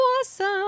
awesome